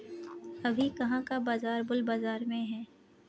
अभी कहाँ का बाजार बुल बाजार में है?